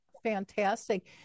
fantastic